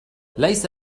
ليس